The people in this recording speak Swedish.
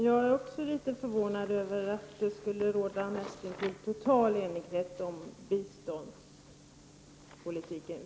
Fru talman! Också jag är litet förvånad över att det skulle råda näst intill total enighet om biståndspolitiken.